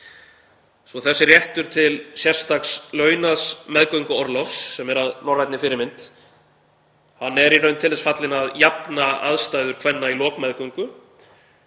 Þessi réttur til sérstaks launaðs meðgönguorlofs, sem er að norrænni fyrirmynd, er í raun til þess fallinn að jafna aðstæður kvenna í lok meðgöngu.